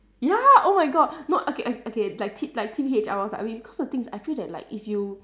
ya oh my god no ok~ ok~ okay like tee~ like teenage I was a like bit cause the thing is I feel that like if you